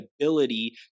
ability